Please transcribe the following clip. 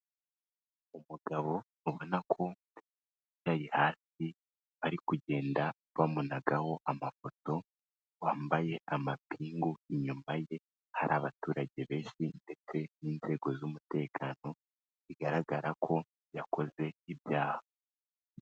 Umugabo ubona ko yari hafi ari kugenda bamubonanagaho amafoto wambaye amapingu, inyuma ye hari abaturage beza ndetse n'inzego z'umutekano bigaragara ko yakoze ibyaha.